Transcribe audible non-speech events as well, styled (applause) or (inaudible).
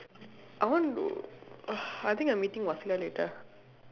I want to (noise) I think I meeting later